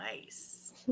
Nice